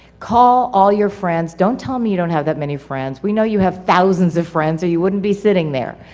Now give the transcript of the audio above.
call all your friends. don't tell me you don't have that many friends. we know you have thousands of friends or you wouldn't be sitting there.